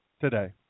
today